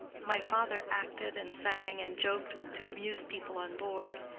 my father acted and sang and joked to amuse people on board,